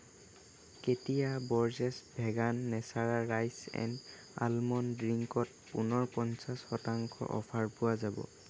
কেতিয়া Borges vegan Natura rice and almond ড্ৰিংকত পুনৰ পঞ্চাশ শতাংশ অফাৰ পোৱা যাব